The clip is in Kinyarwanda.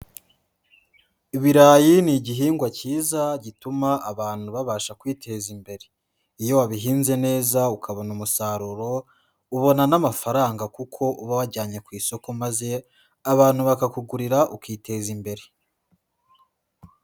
Ibirayi ni igihingwa cyiza gituma abantu babasha kwiteza imbere. Iyo wabihinze neza ukabona umusaruro, ubona n'amafaranga kuko uba wajyanye ku isoko maze abantu bakakugurira ukiteza imbere.